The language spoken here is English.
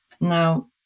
Now